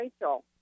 Rachel